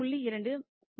2 0